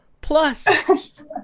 Plus